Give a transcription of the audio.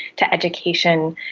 to education,